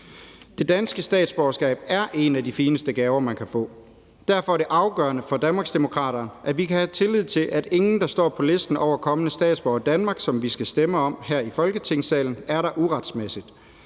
Det danske statsborgerskab er en af de fineste gaver, man kan få. Derfor er det afgørende for Danmarksdemokraterne, at vi kan have tillid til, at ingen af dem, der står på listen over kommende statsborgere her i Danmark, som vi skal stemme om her i Folketingssalen, er her uretmæssigt,